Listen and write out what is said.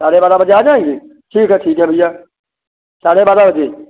साढ़े बारा बजे आ जाएँगे ठीक है ठीक है भैया साढ़े बारह बजे